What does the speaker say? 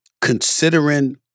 considering